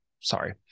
Sorry